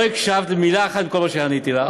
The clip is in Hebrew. לא הקשבת למילה אחת מכל מה שעניתי לך.